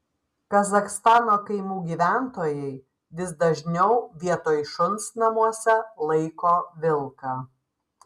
kazachstano kaimų gyventojai vis dažniau vietoj šuns namuose laiko vilką